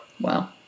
Wow